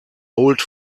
old